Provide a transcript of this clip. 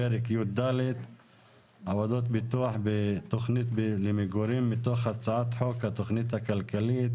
פרק י"ד (עבודות פיתוח בתכנית למגורים) מתוך הצעת חוק התכנית הכלכלית